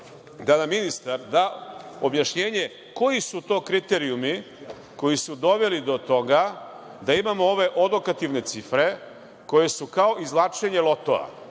da nam ministar da objašnjenje koji su to kriterijumi koji su doveli do toga da imamo ove odokativne cifre koje su kao izvlačenje lotoa,